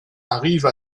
arrive